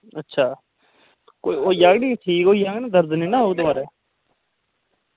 अच्छा होई जाह्ग ना ठीक होई जाह्ग ना दर्द नना होग दोआरै